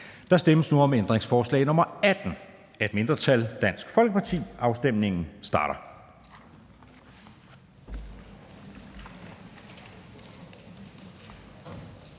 Der stemmes om ændringsforslag nr. 19 af et mindretal (DF). Afstemningen starter.